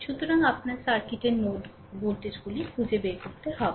সুতরাং আপনাকে সার্কিটের নোড ভোল্টেজগুলি খুঁজে বের করতে হবে